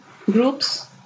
groups